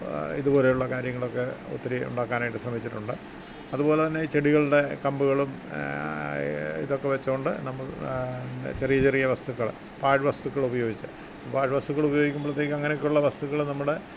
ഇതുപോലെ ഉള്ള കാര്യങ്ങളൊക്കെ ഒത്തിരി ഉണ്ടാക്കാനായിട്ട് ശ്രമിച്ചിട്ടുണ്ട് അതുപോലെ തന്നെ ചെടികളുടെ കമ്പുകളും ഇതൊക്കെ വെച്ചുകൊണ്ട് നമ്മൾ ചെറിയ ചെറിയ വസ്തുക്കൾ പാഴ്വസ്തുക്കൾ ഉപയോഗിച്ച് പാഴ്വസ്തുക്കൾ ഉപയോഗിക്കുമ്പോളത്തേക്ക് അങ്ങനെയൊക്കെയുള്ള വസ്തുക്കൾ നമ്മുടെ